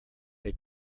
they